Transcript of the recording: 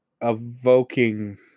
evoking